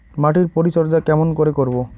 মাটির পরিচর্যা কেমন করে করব?